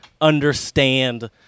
understand